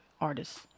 artists